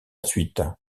suite